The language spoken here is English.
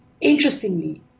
Interestingly